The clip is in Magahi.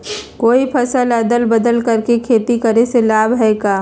कोई फसल अदल बदल कर के खेती करे से लाभ है का?